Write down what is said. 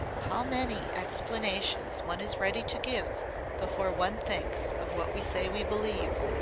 how many explanations one is ready to give before one thinks of what we say we believe.